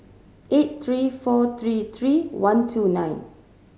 eight three four three three one two nine